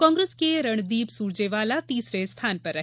कांग्रेस के रणदीप सुरजेवाला तीसरे स्थान पर रहे